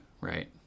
Right